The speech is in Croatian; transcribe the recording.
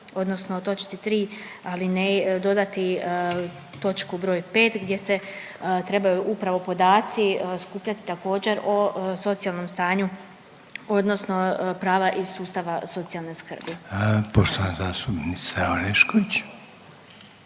odnosno točci 3. dodati točku broj 5. gdje se trebaju upravo podaci skupljati također o socijalnom stanju, odnosno prava iz sustava socijalne skrbi. **Reiner, Željko